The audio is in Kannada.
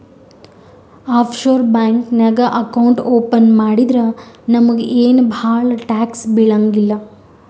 ಆಫ್ ಶೋರ್ ಬ್ಯಾಂಕ್ ನಾಗ್ ಅಕೌಂಟ್ ಓಪನ್ ಮಾಡಿದ್ರ ನಮುಗ ಏನ್ ಭಾಳ ಟ್ಯಾಕ್ಸ್ ಬೀಳಂಗಿಲ್ಲ